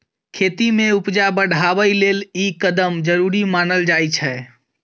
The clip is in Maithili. खेती में उपजा बढ़ाबइ लेल ई कदम जरूरी मानल जाइ छै